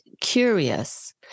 curious